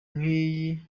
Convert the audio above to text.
nk’iyi